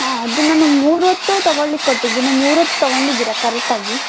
ಹಾಂ ಅದು ನಾನು ಮೂರು ಹೊತ್ತು ತಗೊಳ್ಲಿಕ್ಕೆ ಕೊಟ್ಟಿದ್ದೀನಿ ಮೂರೊತ್ತು ತಗೊಂಡಿದ್ದೀರಾ ಕರೆಟ್ಟಾಗಿ